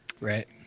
Right